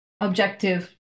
objective